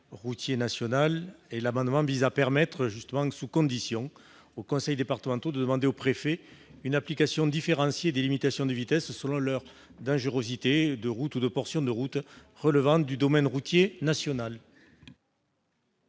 Duran. Cet amendement vise à permettre sous condition aux conseils départementaux de demander au préfet une application différenciée des limitations de vitesse, selon leur dangerosité, de routes ou de portions de routes relevant du domaine routier national.